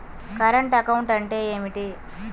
Current account అంటే ఏమిటి?